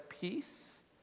peace